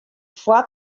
foar